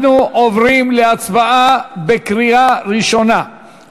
אנחנו עוברים להצבעה בקריאה ראשונה,